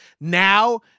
Now